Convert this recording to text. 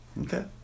Okay